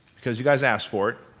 because you guys asked for it.